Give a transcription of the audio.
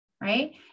right